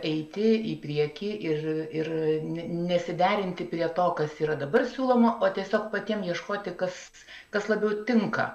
eiti į priekį ir ir nesiderinti prie to kas yra dabar siūloma o tiesiog patiems ieškoti kas kas labiau tinka